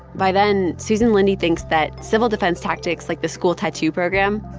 by then, susan lindee thinks that civil defense tactics like the school tattoo program,